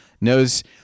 knows